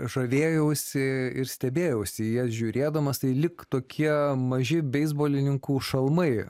žavėjausi ir stebėjausi jas žiūrėdamas tai lyg tokie maži beisbolininkų šalmai